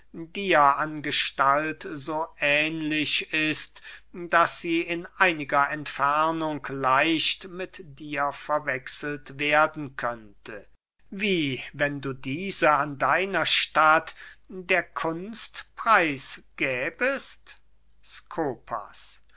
dir an gestalt so ähnlich ist daß sie in einiger entfernung leicht mit dir verwechselt werden könnte wie wenn du diese an deiner statt der kunst preis gäbest skopas